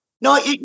No